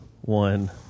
one